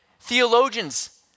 theologians